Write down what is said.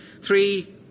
Three